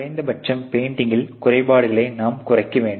குறைந்தபட்சம் பெயிண்டிங்கில் குறைபாடுகளையாவது நாம் உருவாக்க வேண்டும்